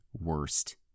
worst